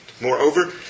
Moreover